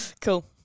Cool